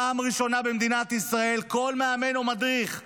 פעם ראשונה במדינת ישראל כל מאמן או מדריך,